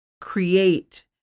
create